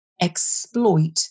exploit